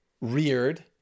reared